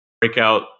breakout